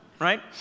Right